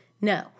no